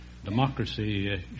Democracy